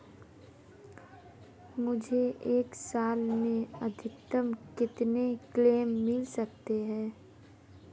मुझे एक साल में अधिकतम कितने क्लेम मिल सकते हैं?